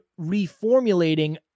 reformulating